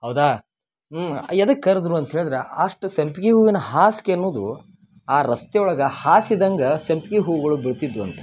ಹೌದಾ ಹ್ಞೂ ಯದಕ್ಕೆ ಕರ್ದ್ರು ಅಂತ್ಹೇಳಿದ್ರೆ ಅಷ್ಟು ಸಂಪಿಗೆ ಹೂವಿನ ಹಾಸ್ಗೆ ಅನ್ನುದು ಆ ರಸ್ತೆ ಒಳಗೆ ಹಾಸಿದಂಗ ಸಂಪಿಗೆ ಹೂಗಳು ಬೀಳ್ತಿದ್ವು ಅಂತ